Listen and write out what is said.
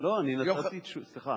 סליחה,